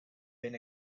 been